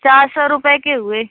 چار سو روپے کے ہوئے